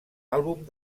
àlbum